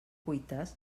cuites